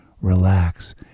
relax